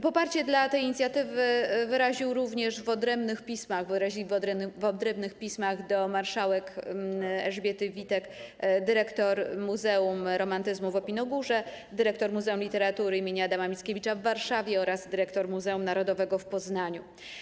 Poparcie dla tej inicjatywy wyrazili również - w odrębnych pismach do marszałek Elżbiety Witek - dyrektor Muzeum Romantyzmu w Opinogórze, dyrektor Muzeum Literatury im. Adama Mickiewicza w Warszawie oraz dyrektor Muzeum Narodowego w Poznaniu.